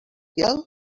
judicial